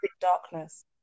darkness